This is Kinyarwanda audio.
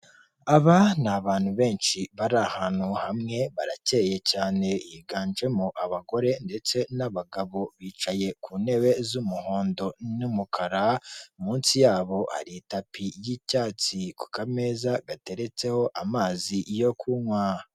Aba ni abantu benshi bari ahantu hamwe barakeye cyane, higanjemo abagore ndetse n'abagabo, bicaye ku ntebe z'umuhondo, n'umukara, munsi yabo ari itapi y'icyatsi, kumeza gateretseho amazi yo kunywa.